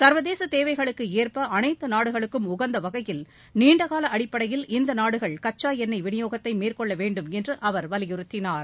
சர்வதேச தேவைகளுக்கு ஏற்ப அனைத்து நாடுகளுக்கும் உகந்த விலையில் நீண்டகால அடிப்படையில் இந்த நாடுகள் கச்சா எண்ணெய் விநியோகத்தை மேற்கொள்ள வேண்டும் என்று அவர் வலியுறுத்தினார்